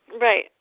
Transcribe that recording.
right